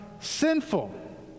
sinful